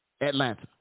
Atlanta